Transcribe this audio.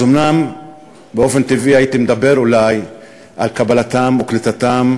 אז אומנם באופן טבעי הייתי מדבר אולי על קבלתם או קליטתם,